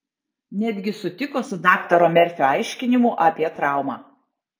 netgi sutiko su daktaro merfio aiškinimu apie traumą